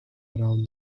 around